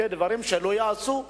עשה דברים שלא ייעשו,